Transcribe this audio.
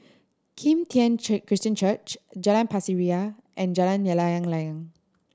Kim Tian Christian Church Jalan Pasir Ria and Jalan Layang Layang